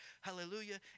hallelujah